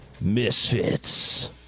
Misfits